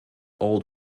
old